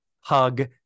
hug